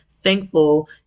thankful